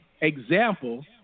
example